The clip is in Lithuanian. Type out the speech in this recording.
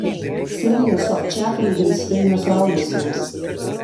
ksenija sobčak vaidins filme suaugusiems